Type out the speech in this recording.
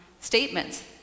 statements